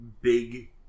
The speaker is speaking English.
big